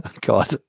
God